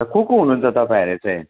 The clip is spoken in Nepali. को को हुनुहुन्छ तपाईँहरू चाहिँ